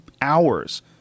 hours